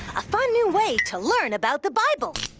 a fun new way to learn about the bible.